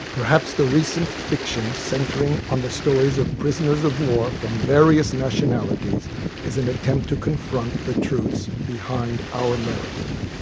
perhaps the recent fiction centering on the stories of prisoners of war from various nationalities is an attempt to confront the real truths behind our narrative.